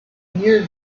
near